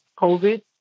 COVID